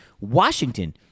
Washington